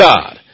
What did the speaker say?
God